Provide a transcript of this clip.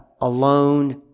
alone